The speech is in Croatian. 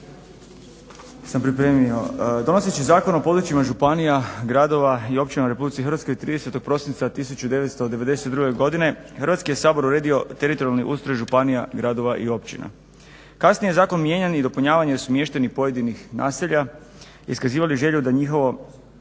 sam pripremio. Donoseći zakon o područjima županija, gradova i općina u RH 30. prosinca 1992. godine Hrvatski je sabor odredio teritorijalni ustroj županija, gradova i općina. Kasnije je zakon mijenjan i dopunjavani su mještani pojedinih naselja, iskazivali želju da njihovo